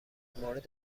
مورد